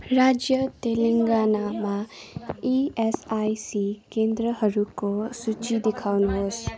राज्य तेलङ्गानामा इएसआइसी केन्द्रहरूको सूची देखाउनुहोस्